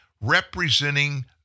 representing